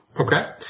Okay